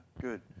good